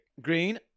Green